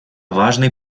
важный